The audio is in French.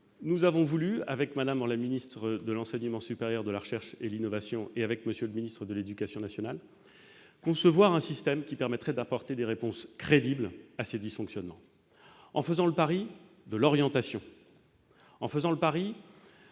J'ai voulu, avec la ministre de l'enseignement supérieur, de la recherche et de l'innovation et avec le ministre de l'éducation nationale, concevoir un système qui permettrait d'apporter des réponses crédibles à ces dysfonctionnements, en faisant le pari de l'orientation et de